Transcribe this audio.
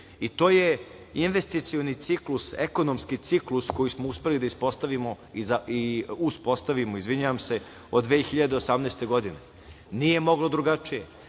i to je investicioni ciklus, ekonomski ciklus koji smo uspeli da uspostavimo od 2018. godine. Nije moglo drugačije. Ako